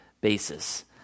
basis